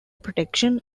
protection